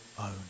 own